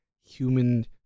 Human